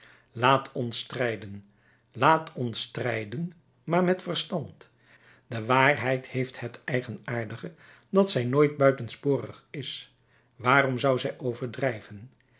laat ons strijden laat ons strijden maar met verstand de waarheid heeft het eigenaardige dat zij nooit buitensporig is waarom zou zij overdrijven